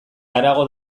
harago